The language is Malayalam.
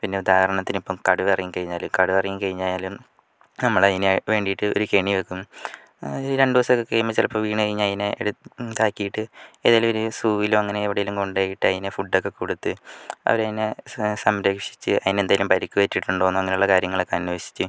പിന്നെ ഉദാഹരണത്തിന് ഇപ്പം കടുവ ഇറങ്ങി കഴിഞ്ഞാലും കടുവ ഇറങ്ങി കഴിഞ്ഞാലും നമ്മള് അതിന് വേണ്ടിട്ട് ഒരു കെണി വയ്ക്കും രണ്ട് ദിവസം ഒക്കെ കഴിയുമ്പോ ചിലപ്പം വീണ് കഴിഞ്ഞ് അതിനെ എടുത്ത് ഇത് ആക്കീട്ട് ഏതേലും ഒരു സൂവിലോ അങ്ങനെ എവിടേലും കൊണ്ടോയി ഇട്ട് അതിന് ഫുഡ് ഒക്കെ കൊടുത്ത് അവര് അതിനെ സംരക്ഷിച്ച് അതിന് എന്തേലും പരിക്ക് പറ്റിയിട്ടുണ്ടോന്ന് അങ്ങനെയുള്ള കാര്യങ്ങള് ഒക്കെ അന്വേഷിച്ച്